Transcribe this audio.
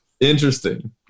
Interesting